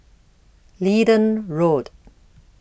Leedon Road